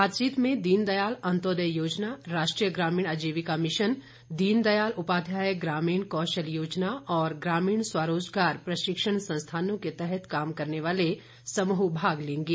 बातचीत में दीनदयाल अन्त्योदय योजना राष्ट्रीय ग्रामीण आजीविका मिशन दीनदायल उपाध्याय ग्रामीण कौशल योजना और ग्रामीण स्व रोजगार प्रशिक्षण संस्थानों के तहत काम करने वाले समूह भाग लेंगे